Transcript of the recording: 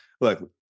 look